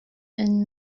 and